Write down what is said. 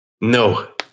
No